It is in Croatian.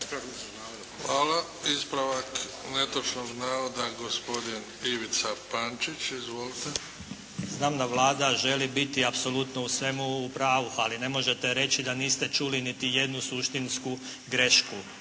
Hvala. Ispravak netočnog navoda gospodin Ivica Pančić. Izvolite. **Pančić, Ivica (SDP)** Znam da Vlada želi biti apsolutno u svemu u pravu. Ali ne možete reći da niste čuli niti jednu suštinsku grešku.